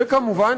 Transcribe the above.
וכמובן,